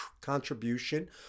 contribution